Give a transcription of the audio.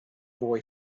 boy